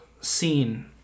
scene